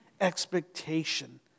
expectation